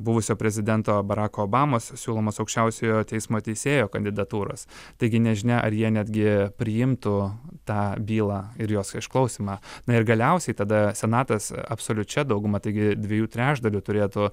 buvusio prezidento barako obamos siūlomos aukščiausiojo teismo teisėjo kandidatūros taigi nežinia ar jie netgi priimtų tą bylą ir jos išklausymą na ir galiausiai tada senatas absoliučia dauguma taigi dviejų trečdalių turėtų